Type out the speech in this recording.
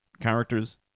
characters